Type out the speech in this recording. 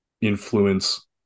influence